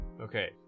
okay